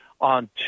on